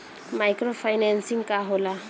Micro financing का होला?